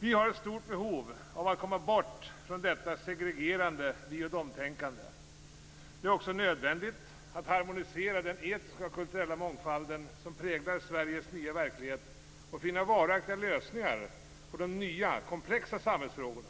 Vi har ett stort behov av att komma bort från detta segregerande vi-och-de-tänkande. Det är också nödvändigt att harmonisera den etniska och kulturella mångfald som präglar Sveriges nya verklighet och finna varaktiga lösningar på de nya, komplexa samhällsfrågorna.